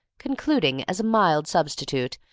concluding, as a mild substitute,